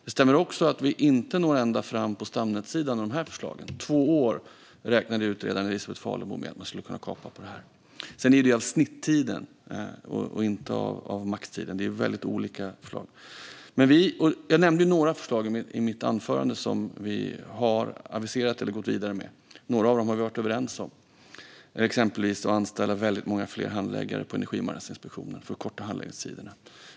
Det stämmer också att vi inte når ända fram på stamnätssidan med de här förslagen. Två år räknade utredaren Elisabet Falemo med att vi skulle kunna kapa med dem. Sedan är det av snittiden, inte av maxtiden. Det är väldigt olika förslag. Jag nämnde i mitt anförande några förslag som vi har aviserat eller gått vidare med. Några av dem har vi varit överens om, exempelvis att anställa väldigt många fler handläggare på Energimarknadsinspektionen för att korta handläggningstiderna.